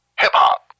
hip-hop